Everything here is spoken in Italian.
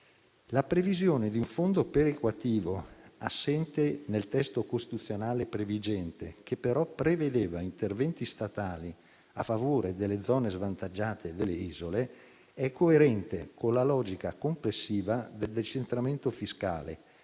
La previsione di un fondo perequativo, assente nel testo costituzionale previgente, che però prevedeva interventi statali a favore delle zone svantaggiate e delle isole è coerente con la logica complessiva del decentramento fiscale,